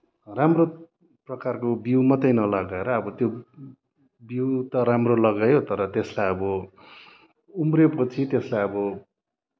राम्रो प्रकारको बिउ मात्रै नलगाएर अब त्यो बिउ त राम्रो लगायो तर त्यसलाई अब उम्रेपछि त्यसलाई अब